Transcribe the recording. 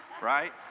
right